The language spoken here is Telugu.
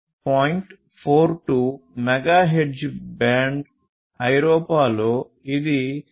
42 మెగాహెర్ట్జ్ బ్యాండ్ ఐరోపాలో ఇది 868